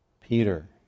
Peter